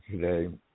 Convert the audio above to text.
today